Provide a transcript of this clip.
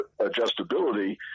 adjustability